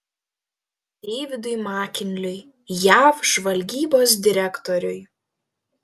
deividui makinliui jav žvalgybos direktoriui